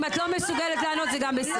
אם את לא מסוגלת לענות, זה גם בסדר.